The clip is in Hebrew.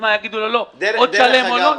אז מה, יגידו לו: "לא, או שתשלם או לא"?